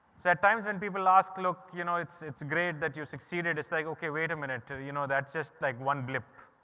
so at times and people ask, look, you know, it's it's great that you succeeded. it's like, okay, wait a minute, you know, that's just like one blip.